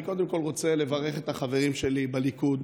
אני קודם כול רוצה לברך את החברים שלי בליכוד,